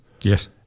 Yes